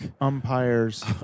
umpires